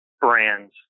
brands